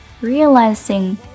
realizing